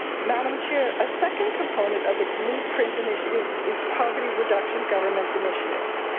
madam chair, a second component of the blueprint initiative is poverty reduction government initiative.